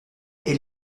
est